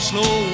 Slow